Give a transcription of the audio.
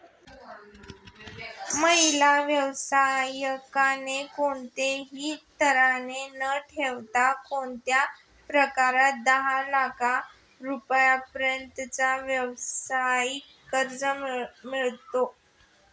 महिला व्यावसायिकांना कोणतेही तारण न ठेवता कोणत्या प्रकारात दहा लाख रुपयांपर्यंतचे व्यवसाय कर्ज मिळतो?